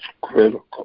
critical